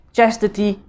Chastity